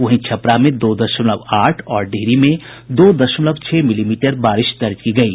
वहीं छपरा में दो दशमलव आठ और डिहरी में दो दशमलव छह मिलीमीटर बारिश दर्ज की गयी